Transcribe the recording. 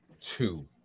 two